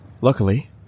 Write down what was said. Luckily